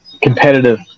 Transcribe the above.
competitive